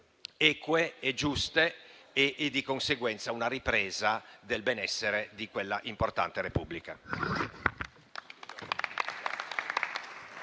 eque e giuste e, di conseguenza, una ripresa del benessere di quella importante Repubblica.